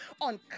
on